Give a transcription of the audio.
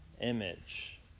image